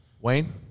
Wayne